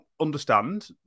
understand